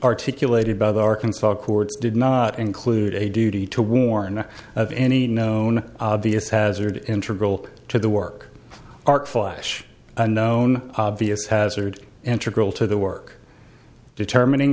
articulated by the arkansas courts did not include a duty to warn of any known obvious hazard interval to the work of art flash unknown obvious hazard enter girl to the work determining